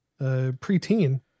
preteen